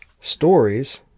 Stories